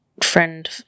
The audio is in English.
friend